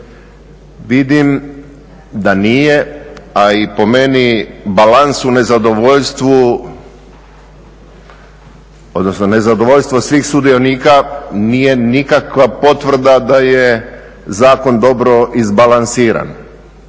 Vidim da nije, a i po meni balans u nezadovoljstvu odnosno nezadovoljstvo svih sudionika nije nikakva potvrda da je zakon dobro izbalansiran.